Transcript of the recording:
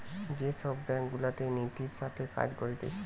যে সব ব্যাঙ্ক গুলাতে নীতির সাথে কাজ করতিছে